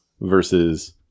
versus